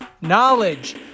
knowledge